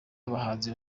abahanzi